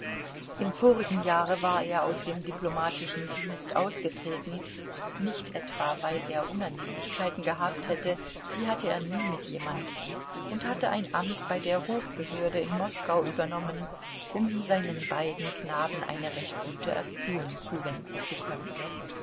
im vorigen jahre war er aus dem diplomatischen dienst ausgetreten nicht etwa weil er unannehmlichkeiten gehabt hätte die hatte er nie mit jemand und hatte ein amt bei der hofbehörde in moskau übernommen um seinen beiden knaben eine recht gute erziehung zuwenden zu können